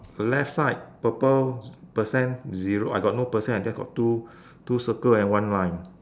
left side purple percent zero I got no percent I just got two two circle and one line